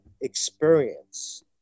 experience